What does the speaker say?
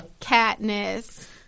Katniss